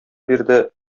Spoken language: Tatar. бирде